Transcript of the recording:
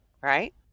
right